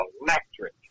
electric